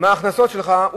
מה ההכנסות שלך,